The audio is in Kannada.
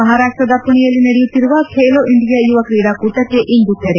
ಮಹಾರಾಷ್ಟದ ಪುಣೆಯಲ್ಲಿ ನಡೆಯುತ್ತಿರುವ ಬೇಲೋ ಇಂಡಿಯಾ ಯುವ ಕ್ರೀಡಾಕೂಟಕ್ಕೆ ಇಂದು ತೆರೆ